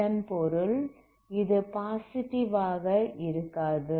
இதன் பொருள் இது பாசிட்டிவ் ஆக இருக்காது